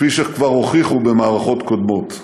כפי שכבר הוכיחו במערכות קודמות.